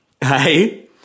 hey